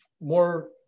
more